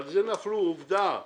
אבל נפלו וזו עובדה.